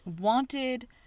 wanted